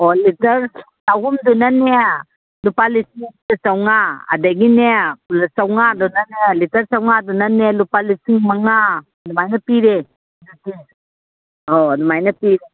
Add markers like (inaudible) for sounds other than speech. ꯑꯣ ꯂꯤꯇꯔ ꯑꯍꯨꯝꯗꯨꯅꯅꯦ ꯂꯨꯄꯥ ꯂꯤꯁꯤꯡ ꯑꯃꯒ ꯆꯥꯝꯃꯉꯥ ꯑꯗꯒꯤꯅꯦ ꯂꯤꯇꯔ ꯆꯥꯝꯃꯉꯥꯗꯨꯅꯅꯦ ꯂꯤꯇꯔ ꯆꯥꯝꯃꯉꯥꯗꯨꯅꯅꯦ ꯂꯨꯄꯥ ꯂꯤꯁꯤꯡ ꯃꯉꯥ ꯑꯗꯨꯃꯥꯏꯅ ꯄꯤꯔꯦ (unintelligible) ꯑꯣ ꯑꯗꯨꯃꯥꯏꯅ ꯄꯤꯔꯦ